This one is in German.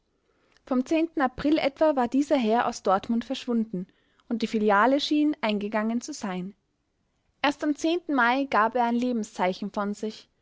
vom april etwa war dieser herr aus dortmund verschwunden und die filiale schien eingegangen zu sein erst am mai gab er ein lebenszeichen von sich